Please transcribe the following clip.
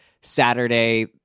Saturday